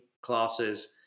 Classes